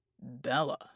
Bella